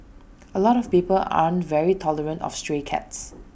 A lot of people aren't very tolerant of stray cats